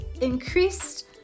increased